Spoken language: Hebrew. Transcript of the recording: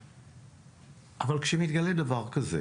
אבל שמתגלה דבר כזה